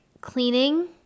cleaning